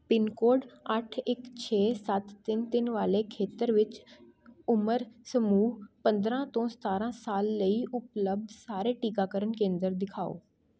pin code ਅੱਠ ਇੱਕ ਛੇ ਸੱਤ ਤਿੰਨ ਤਿੰਨ ਵਾਲੇ ਖੇਤਰ ਵਿੱਚ ਉਮਰ ਸਮੂਹ ਪੰਦਰ੍ਹਾਂ ਤੋਂ ਸਤਾਰ੍ਹਾਂ ਸਾਲ ਲਈ ਉਪਲਬਧ ਸਾਰੇ ਟੀਕਾਕਰਨ ਕੇਂਦਰ ਦਿਖਾਓ